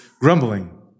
grumbling